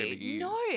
no